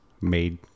Made